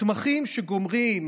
מתמחים שגומרים,